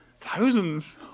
Thousands